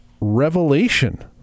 revelation